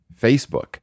Facebook